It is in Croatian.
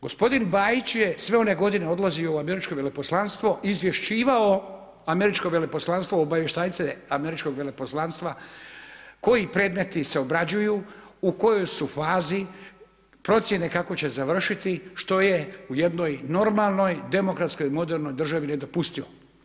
Gospodin Bajić je sve one godine odlazio u američko veleposlanstvo, izvješćivao američko veleposlanstvo, obavještajce američkog veleposlanstva koji predmeti se obrađuju, u kojoj su fazi, procjene kako će završiti, što je u jednoj normalnoj, demokratskoj i modernoj državi nedopustivo.